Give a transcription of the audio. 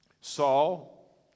Saul